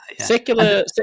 secular